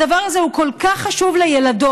הדבר הזה הוא כל כך חשוב לילדות,